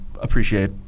appreciate